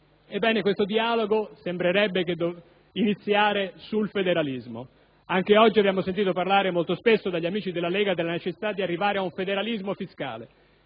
Ebbene, questo dialogo sembrerebbe iniziare sul federalismo. Anche oggi abbiamo sentito parlare spesso dagli amici della Lega della necessità di arrivare a un federalismo fiscale.